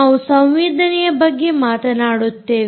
ನಾವು ಸಂವೇದನೆಯ ಬಗ್ಗೆ ಮಾತನಾಡುತ್ತೇವೆ